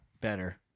better